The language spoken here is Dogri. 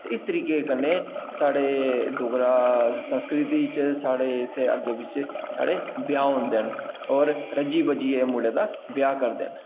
ते इस तरीके कन्नै साढ़े डोगरा संस्कृति च साढ़े इत्थें अग्गें पिच्छे साढ़े ब्याह् होंदे होर रज्जी बज्जियै मुड़े दा ब्याह् करदे न